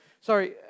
Sorry